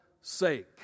sake